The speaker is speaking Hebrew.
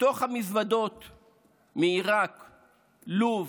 בתוך המזוודות מעיראק, מלוב,